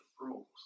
rules